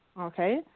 Okay